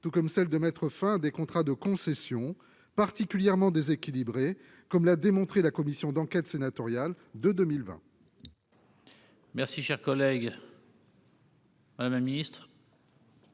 faut aussi mettre fin à des contrats de concession qui sont particulièrement déséquilibrés, comme l'a démontré la commission d'enquête sénatoriale de 2020.